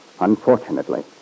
unfortunately